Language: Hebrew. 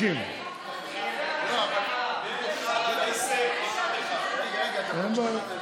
50. דוד,